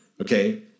Okay